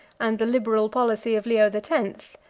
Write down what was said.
and the liberal policy of leo the tenth,